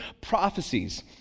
prophecies